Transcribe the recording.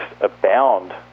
abound